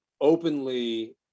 openly